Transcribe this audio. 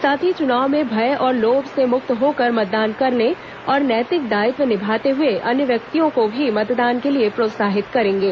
साथ ही चुनावों में भय और लोभ से मुक्त होकर मतदान करने और नैतिक दायित्व निभाते हुए अन्य व्यक्तियों को भी मतदान के लिए प्रोत्साहित कर्रगे